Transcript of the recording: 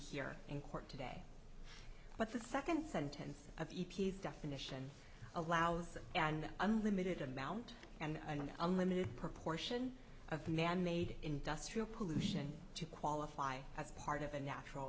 here in court today but the second sentence of the definition allows an unlimited amount and an unlimited proportion of man made industrial pollution to qualify as part of a natural